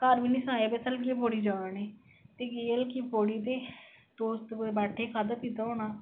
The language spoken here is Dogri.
घार बी नेईं सनाया कि अस हरकी पौड़ी जारने ते गै हरकी पौड़ी ते दोस्त कुतै बेठे खाद्धा पीत्ता होना